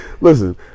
Listen